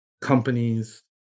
companies